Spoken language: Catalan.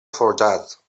forjat